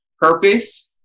purpose